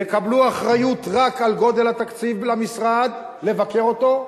יקבלו אחריות רק לגודל התקציב למשרד, לבקר אותו,